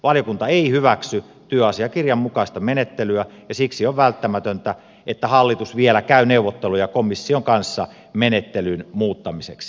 valiokunta ei hyväksy työasiakirjan mukaista menettelyä ja siksi on välttämätöntä että hallitus vielä käy neuvotteluja komission kanssa menettelyn muuttamiseksi